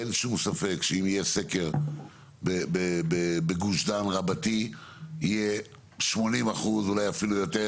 אין שום ספק שאם יהיה סקר בגוש דן רבתי יהיה 80% אולי אפילו יותר,